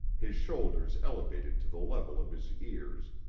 his shoulders elevated to the level of his ears,